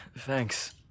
Thanks